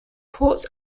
port